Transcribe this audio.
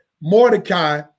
Mordecai